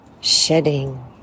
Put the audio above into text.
shedding